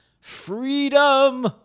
Freedom